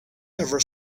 ever